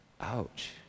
Ouch